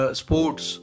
sports